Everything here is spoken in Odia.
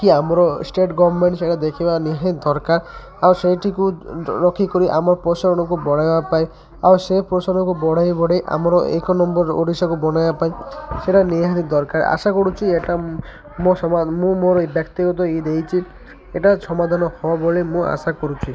କି ଆମର ଷ୍ଟେଟ୍ ଗଭର୍ଣ୍ଣମେଣ୍ଟ୍ ସେଇଟା ଦେଖିବା ନିହାତି ଦରକାର ଆଉ ସେଇଠିକୁ ରଖିିକରି ଆମର ପୋଷାଣକୁ ବଢ଼ାଇବା ପାଇଁ ଆଉ ସେ ପୋଷଣକୁ ବଢ଼ାଇ ବଢ଼ାଇ ଆମର ଏକ ନମ୍ବର୍ ଓଡ଼ିଶାକୁ ବନାଇବା ପାଇଁ ସେଇଟା ନିହାତି ଦରକାର ଆଶା କରୁଛି ଏଇଟା ମୋ ମୁଁ ମୋର ଏଇ ବ୍ୟକ୍ତିଗତ ଇଏ ଦେଇଛି ଏଇଟା ସମାଧାନ ହେବ ବୋଲି ମୁଁ ଆଶା କରୁଛି